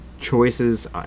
choices